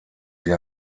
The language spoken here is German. sie